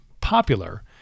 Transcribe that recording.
popular